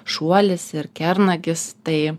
šuolis ir kernagis tai